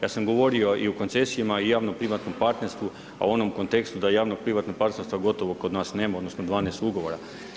Ja sam govorio i o koncesijama i javnoprivatnom partnerstvu u onom kontekstu da je javnoprivatnog partnerstva gotovo kod nas nema odnosno … ugovora.